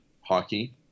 hockey